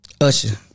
Usher